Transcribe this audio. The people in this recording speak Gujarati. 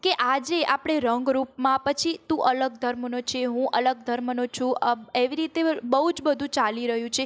કે આજે આપણે રંગ રૂપમાં પછી તું અલગ ધર્મનો છે હું અલગ ધર્મનો છું એવી રીતે બહુ જ બધું ચાલી રહ્યું છે